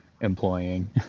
employing